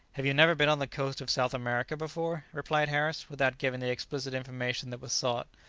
have you never been on the coast of south america before? replied harris, without giving the explicit information that was sought.